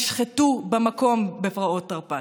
נשחטו במקום בפרעות תרפ"ט.